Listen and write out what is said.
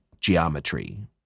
geometry